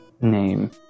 name